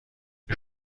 you